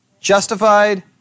justified